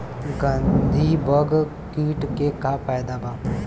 गंधी बग कीट के का फायदा बा?